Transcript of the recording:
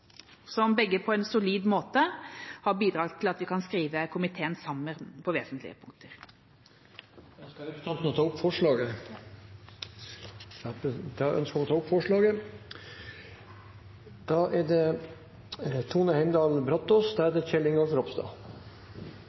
på en solid måte har bidratt til at vi kan skrive komiteen sammen på vesentlige punkter. Jeg vil til slutt ta opp Arbeiderpartiets forslag. Representanten Anniken Huitfeldt har tatt opp det forslaget hun refererte til. Det